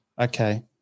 okay